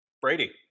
Brady